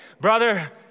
brother